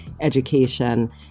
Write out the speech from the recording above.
education